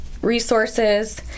resources